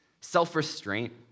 self-restraint